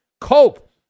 cope